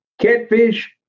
Catfish